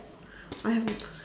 I have